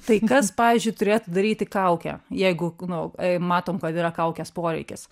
tai kas pavyzdžiui turėtų daryti kaukę jeigu nu matom kad yra kaukės poreikis